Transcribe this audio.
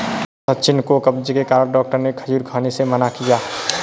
सचिन को कब्ज के कारण डॉक्टर ने खजूर खाने से मना किया